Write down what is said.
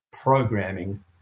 programming